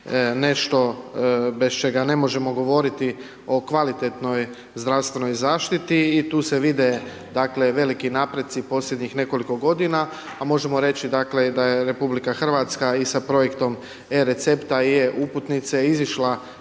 nešto bez čega ne možemo govoriti o kvalitetnoj zdravstvenoj zaštiti i tu se vide dakle veliki napreci posljednjih nekoliko godina a možemo reći dakle da je RH i sa projektom e-recepta i e-uputnice izišla